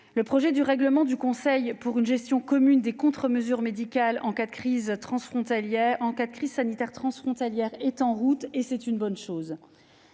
Le projet de règlement du Conseil pour une gestion commune des contre-mesures médicales en cas de crise sanitaire transfrontalière est en route et c'est une bonne chose.